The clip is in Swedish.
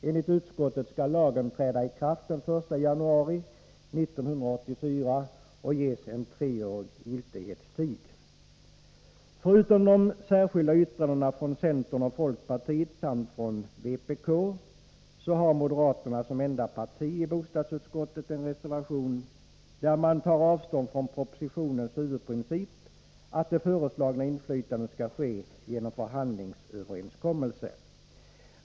Enligt utskottet skall lagen träda i kraft den 1 januari 1984 och ges en treårig giltighetstid. Förutom de särskilda yttrandena från centern och folkpartiet samt från vpk har moderaterna som enda parti i bostadsutskottet en reservation. Där tar man avstånd från propositionens huvudprincip, att det föreslagna inflytandet skall ske genom förhandlingsöverenskommelser.